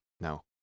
No